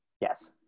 yes